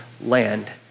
land